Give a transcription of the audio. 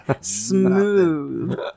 Smooth